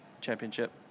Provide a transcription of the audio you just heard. championship